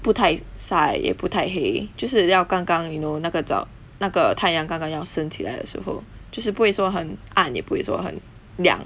不大晒也不太黑就是要刚刚 you know 那个早那个太阳刚刚要升起来的时候就是不会说很暗也不会说很亮